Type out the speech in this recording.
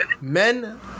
men